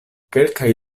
kelkaj